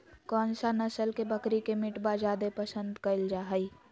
कौन सा नस्ल के बकरी के मीटबा जादे पसंद कइल जा हइ?